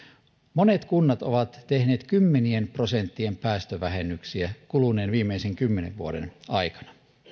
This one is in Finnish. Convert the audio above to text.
monet kunnat ovat tehneet kymmenien prosenttien päästövähennyksiä viimeksi kuluneiden kymmenen vuoden aikana